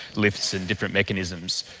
lifts and different mechanisms,